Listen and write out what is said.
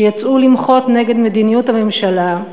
שיצאו למחות נגד מדיניות הממשלה,